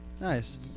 Nice